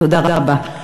תודה רבה.